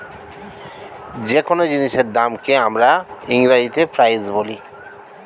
যে কোন জিনিসের দামকে আমরা ইংরেজিতে প্রাইস বলি